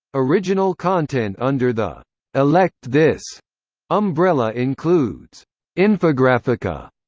original content under the elect this umbrella includes infographica,